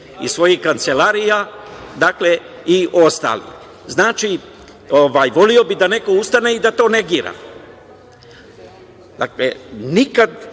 iz svojih kancelarija, i ostali? Znači, voleo bih da neko ustane i da to negira. Dakle, nikad